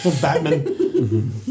Batman